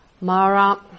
Mara